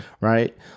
Right